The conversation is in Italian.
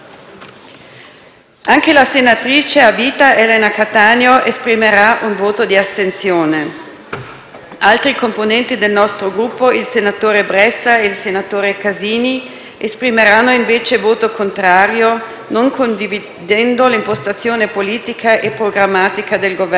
Anche la senatrice a vita Elena Cattaneo esprimerà un voto di astensione. Altri componenti del nostro Gruppo, il senatore Bressa e il senatore Casini, esprimeranno invece voto contrario, non condividendo l'impostazione politica e programmatica del Governo.